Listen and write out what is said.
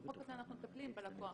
בחוק הזה אנחנו מטפלים בלקוח,